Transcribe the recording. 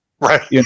Right